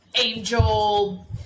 angel